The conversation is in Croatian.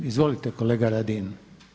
Izvolite kolega Radin.